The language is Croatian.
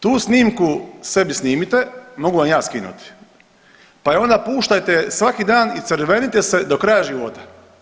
Tu snimku sebi snimite, mogu vam ja skinuti pa je onda puštajte svaki dan i crvenite se do kraja života.